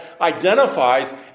identifies